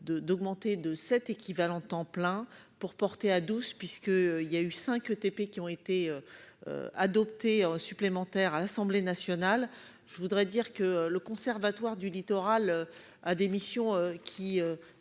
d'augmenter de sept équivalents temps plein pour porter à 12 puisque il y a eu 5 TP qui ont été. Adoptées supplémentaire à l'Assemblée nationale, je voudrais dire que le conservatoire du littoral à des missions qui.